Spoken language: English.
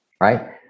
right